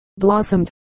blossomed